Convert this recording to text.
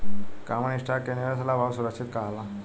common stock के निवेश ला बहुते सुरक्षित कहाला